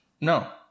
No